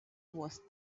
was